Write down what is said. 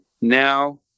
now